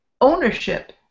ownership